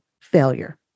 failure